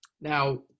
Now